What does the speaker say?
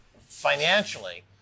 financially